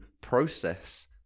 process